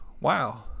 wow